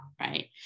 right